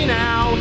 now